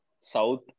south